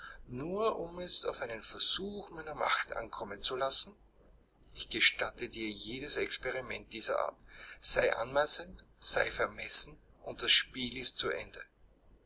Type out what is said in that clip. nur um es auf einen versuch meiner macht ankommen zu lassen ich gestatte dir jedes experiment dieser art sei anmaßend sei vermessen und das spiel ist zu ende